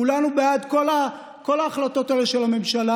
כולנו בעד כל ההחלטות האלה של הממשלה,